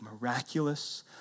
miraculous